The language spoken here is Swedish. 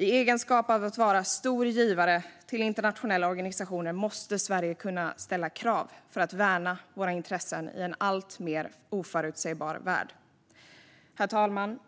I egenskap av stor givare till internationella organisationer måste Sverige kunna ställa krav för att värna sina intressen i en alltmer oförutsägbar värld. Herr talman!